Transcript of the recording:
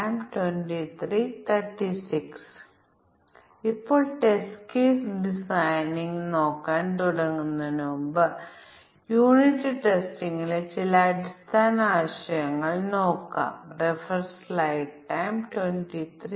അല്ലെങ്കിൽ a b c എന്നിവ പ്രതീക സ്ട്രിംഗുകളായി നൽകിയിരിക്കാം അതിനാൽ ആ അസാധുവായ തുല്യതാ ക്ലാസുകളുടെ പ്രതിനിധിയെയും ഞങ്ങൾ പരീക്ഷിക്കേണ്ടതുണ്ട്